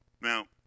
Now